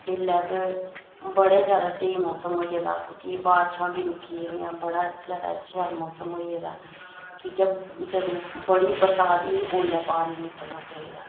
ऐल्लै ते बड़े जादै स्हेई मौसम होई गेदा हा कि बारिशां बी रुक्की गेदियां बड़ा जादै शैल मौसम होई गेदा कि जदूं बड़ी बरसात ही ओल्लै बाहर निं निकलना चाहिदा